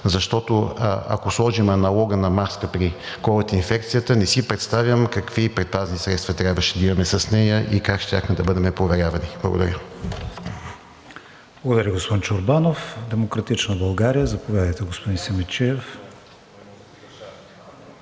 защото, ако сложим аналога на маска при ковид инфекцията, не си представям какви предпазни средства трябваше да имаме с нея и как щяхме да бъдем проверявани. Благодаря. ПРЕДСЕДАТЕЛ КРИСТИАН ВИГЕНИН: Благодаря, господин Чорбанов. „Демократична България“. Заповядайте, господин Симидчиев.